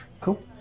Cool